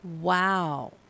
Wow